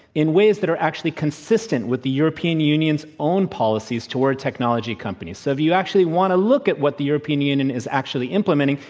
in ways that are actually consistent with the european union's own policies towards technology companies. so, if you actually want to look at what the european union is actually implementing,